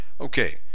Okay